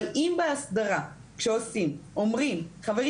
אבל אם באסדרה שעושים אומרים 'חברים,